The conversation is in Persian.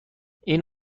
این